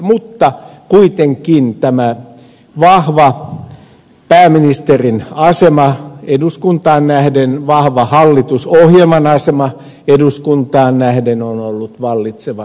mutta kuitenkin tämä vahva pääministerin asema eduskuntaan nähden vahva hallitusohjelman asema eduskuntaan nähden on ollut vallitseva suuntaus